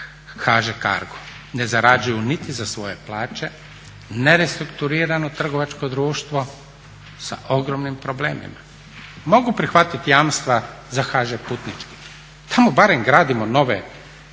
HŽ Cargo, ne zarađuju niti za svoje plaće, ne restrukturirano trgovačko društvo sa ogromnim problemima. Mogu prihvatiti jamstva za HŽ Putnički, tamo barem gradimo nove